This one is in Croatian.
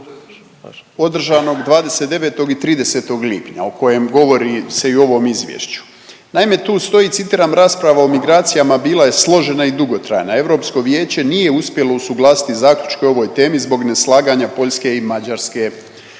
održanog 29. i 30. lipnja o kojem govori se i u ovom Izvješću. Naime, tu stoji, citiram, rasprava o migracijama bila je složena i dugotrajna. EV nije uspjelo usuglasiti zaključke o ovoj temi zbog neslaganja Poljske i Mađarske.